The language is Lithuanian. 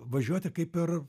važiuoti kaip ir